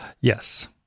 Yes